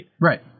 Right